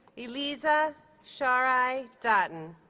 elyza sharai dottin